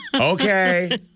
Okay